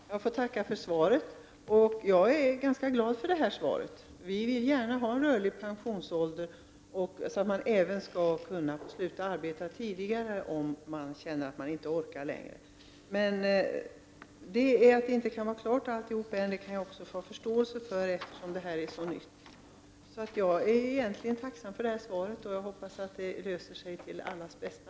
Herr talman! Jag tackar för svaret. Jag är ganska glad över detta. Vi vill gärna ha rörlig pensionsålder. Man skall kunna sluta arbeta tidigare, om man känner att man inte längre orkar fortsätta. Att allt inte är färdigt ännu har jag förståelse för. Det här är ju så nytt. Jag är alltså tacksam för svaret och hoppas att det skall bli en lösning som är till allas bästa.